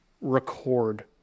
record